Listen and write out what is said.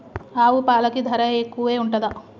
ఆవు పాలకి ధర ఎక్కువే ఉంటదా?